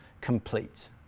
complete